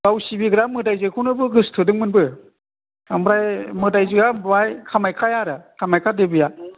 गाव सिबिग्रा मोदाइजोखौनो गोसोथोदोंमोनबो ओमफ्राय मोदाइजोआ बेवहाय कामाख्याया आरो कामाख्या देबिआ